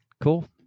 Cool